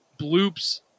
bloops